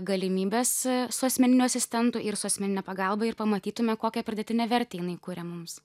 galimybes su asmeniniu asistentu ir su asmenine pagalba ir pamatytume kokią pridėtinę vertę jinai kuria mums